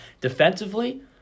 Defensively